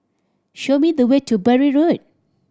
show me the way to Bury Road